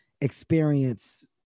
experience